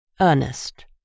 Ernest